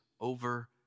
over